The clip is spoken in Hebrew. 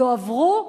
יועברו להתנחלויות.